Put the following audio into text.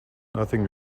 nothing